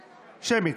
שמית.